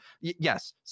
yes